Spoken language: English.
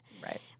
Right